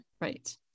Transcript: right